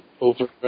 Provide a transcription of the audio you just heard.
over